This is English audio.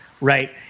Right